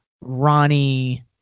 Ronnie